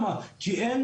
אין ייצוג הולם.